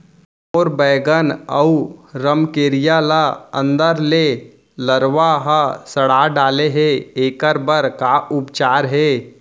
मोर बैगन अऊ रमकेरिया ल अंदर से लरवा ह सड़ा डाले हे, एखर बर का उपचार हे?